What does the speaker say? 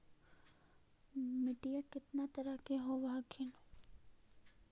मिट्टीया कितना तरह के होब हखिन?